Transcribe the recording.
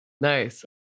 Nice